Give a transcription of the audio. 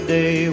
Day